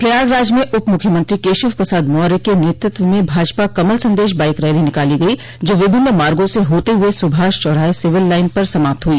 प्रयागराज में उप मुख्यमंत्री केशव प्रसाद मौर्य क नेतृत्व में भाजपा कमल संदेश बाईक रैली निकाली गई जो विभिन्न मार्गो से होते हुए सुभाष चौराहे सिविल लाइन पर समाप्त हुई